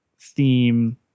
theme